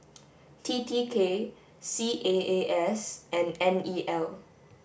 T T K C A A S and N E L